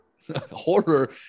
horror